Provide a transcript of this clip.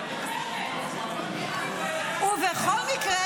--- ובכל מקרה,